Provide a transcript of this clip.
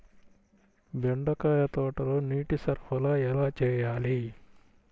బెండకాయ తోటలో నీటి సరఫరా ఎలా చేయాలి?